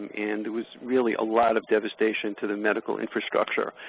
and it was really a lot of devastation to the medical infrastructure.